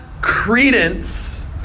credence